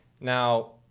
Now